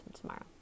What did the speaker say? tomorrow